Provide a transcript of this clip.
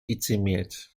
dezimiert